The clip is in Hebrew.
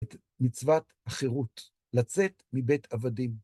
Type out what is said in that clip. את מצוות החירות, לצאת מבית עבדים.